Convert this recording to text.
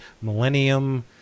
Millennium